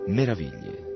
meraviglie